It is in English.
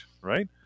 right